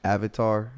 Avatar